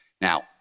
now